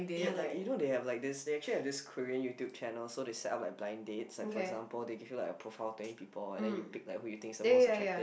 ya like you know they have like this they actually have this Korean YouTube channel so they set up like blind dates like for example they give you like a profile thing people and then you pick like who you think is the most attractive